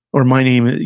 or, my name,